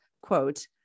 quote